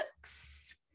books